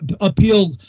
appeal